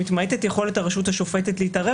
מתמעטת יכולת הרשות השופטת להתערב